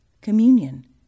communion